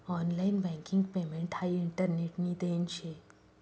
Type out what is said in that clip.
online banking payment हाई इंटरनेटनी देन शे